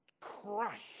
crush